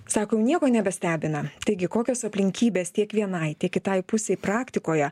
sako jau nieko nebestebina taigi kokios aplinkybės tiek vienai tiek kitai pusei praktikoje